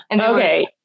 Okay